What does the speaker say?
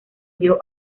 dio